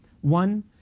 One